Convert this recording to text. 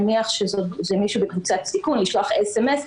נניח אם זה מישהו בקבוצת סיכון, לשלוח אס.אמ.אס.